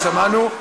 שמענו.